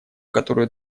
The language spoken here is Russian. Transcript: которую